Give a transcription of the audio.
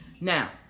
Now